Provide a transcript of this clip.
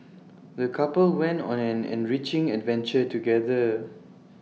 the couple went on an enriching adventure together